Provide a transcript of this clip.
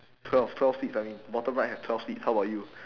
twelve twelve seeds I mean the bottom right has twelve seeds how about you